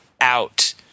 out